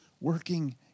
working